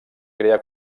crea